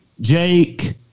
Jake